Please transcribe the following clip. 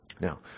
Now